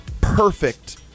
perfect